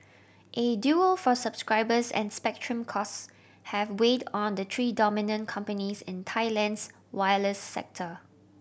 a duel for subscribers and spectrum costs have weighed on the three dominant companies in Thailand's wireless sector